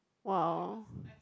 !wow!